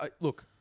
look